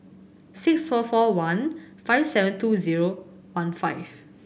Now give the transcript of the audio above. six four four one five seven two zero one five